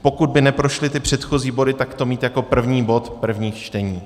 Pokud by neprošly ty předchozí body, tak to mít jako první bod prvních čtení.